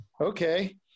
okay